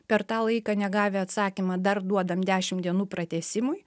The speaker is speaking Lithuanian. per tą laiką negavę atsakymą dar duodam dešim dienų pratęsimui